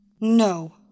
No